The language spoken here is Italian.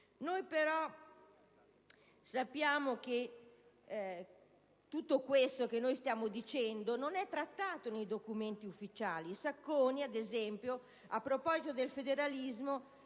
Noi però sappiamo che tutto ciò che stiamo dicendo non è trattato nei documenti ufficiali. Il ministro Sacconi, ad esempio, a proposito del federalismo,